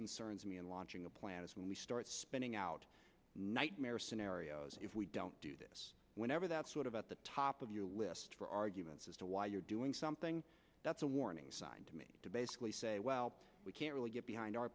concerns me in launching a plan is when we start spinning out nightmare scenarios if we don't do this whenever that sort of at the top of your list for arguments as to why you're doing something that's a warning sign to me to basically say well we can't really get behind our